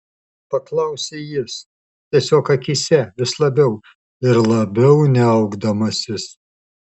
paklausė jis tiesiog akyse vis labiau ir labiau niaukdamasis